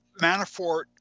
Manafort